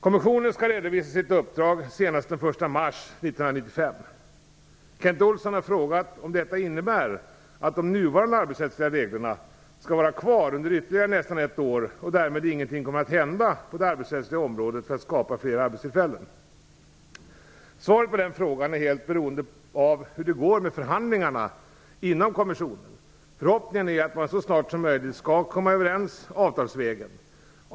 Kommissionen skall redovisa sitt uppdrag senast den 1 mars 1996. Kent Olsson har frågat om detta innebär att de nuvarande arbetsrättsliga reglerna skall vara kvar under ytterligare nästan ett år och att därmed ingenting kommer att hända på det arbetsrättsliga området för att skapa fler arbetstillfällen. Svaret på den frågan är helt beroende av hur det går med förhandlingarna inom kommissionen. Förhoppningen är att man så snart som möjligt skall komma överens avtalsvägen.